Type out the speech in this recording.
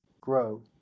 grow